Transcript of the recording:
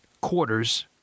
quarters